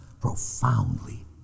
profoundly